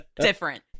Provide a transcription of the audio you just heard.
Different